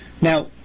Now